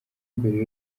mbere